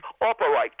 operate